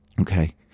okay